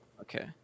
Okay